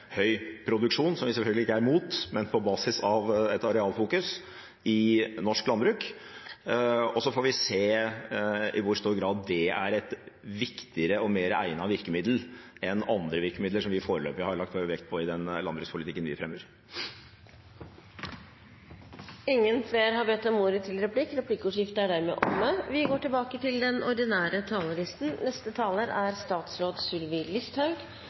høy produksjon, som vi selvfølgelig ikke er imot, men det skal være på basis av et arealfokus i norsk landbruk. Så får vi se i hvor stor grad det er et viktigere og mer egnet virkemiddel enn andre virkemidler som vi foreløpig har lagt vekt på i den landbrukspolitikken vi fremmer. Replikkordskiftet er dermed omme. Jordbruksoppgjøret vi i dag debatterer, er